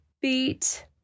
beat